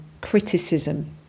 criticism